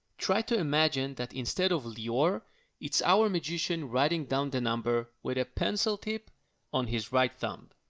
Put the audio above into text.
try to imagine that instead of lior, it's our magician writing down the number with a pencil tip on his right thumb.